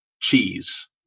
cheese